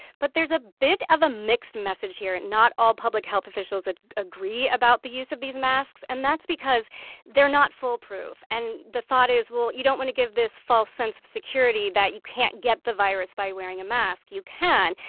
but there's a bit of a mixed message here. and not all public health officials agree about the use of these masks, and that's because they're not foolproof. and the thought is, well, you don't want to give this false sense of security that you can't get the virus by wearing a mask you can.